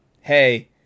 hey